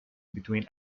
between